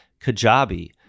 Kajabi